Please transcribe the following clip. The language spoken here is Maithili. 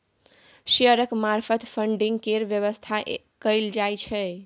शेयरक मार्फत फडिंग केर बेबस्था कएल जाइ छै